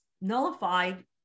nullified